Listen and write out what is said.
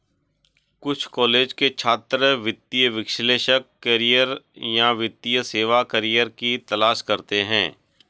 कुछ कॉलेज के छात्र वित्तीय विश्लेषक करियर या वित्तीय सेवा करियर की तलाश करते है